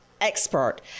expert